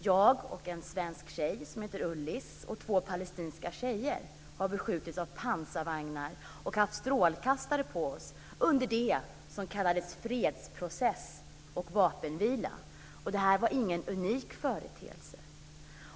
Jag, en svensk tjej som heter Ullis och två palestinska tjejer har beskjutits av pansarvagnar och haft strålkastare på oss under det som kallades fredsprocess och vapenvila. Och det var ingen unik företeelse.